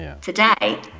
today